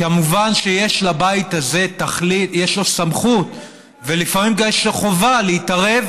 כמובן יש לבית הזה סמכות ולפעמים גם יש לו חובה להתערב